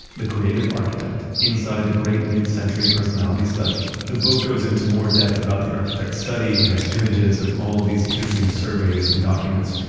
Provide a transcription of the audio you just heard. the creative architect inside the great midcentury personality study. the book goes into more depth about the architect's study and has images of all these interesting surveys and documents,